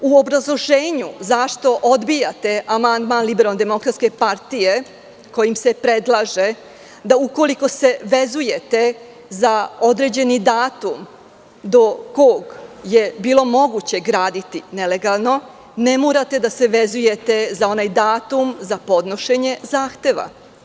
U obrazloženju zašto odbijate amandman LDP kojim se predlaže da ukoliko se vezujete za određeni datum do kog je bilo moguće graditi nelegalno, ne morate da se vezujete za onaj datum za podnošenje zakona.